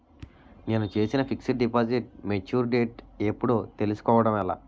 నేను చేసిన fixed deposit mature date ఎప్పుడో తెల్సుకోవడం ఎలా?